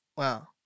Wow